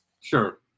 sure